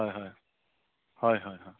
হয় হয় হয় হয় হয়